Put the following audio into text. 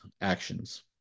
actions